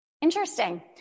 Interesting